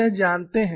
आप यह जानते हैं